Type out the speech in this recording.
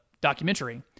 documentary